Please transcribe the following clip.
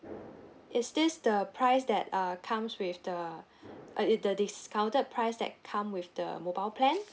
is this the price that uh comes with the uh it the discounted price that come with the mobile plan